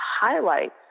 highlights